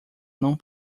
não